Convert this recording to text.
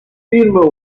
film